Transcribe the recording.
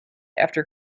after